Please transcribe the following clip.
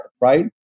right